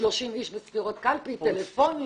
30 איש בספירות קלפי, טלפונים.